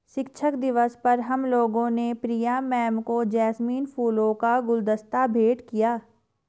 शिक्षक दिवस पर हम लोगों ने प्रिया मैम को जैस्मिन फूलों का गुलदस्ता भेंट किया